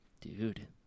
Dude